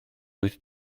wyth